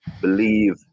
believe